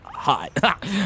hot